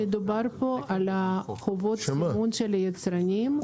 מדובר פה על חובות הסימון של היצרנים,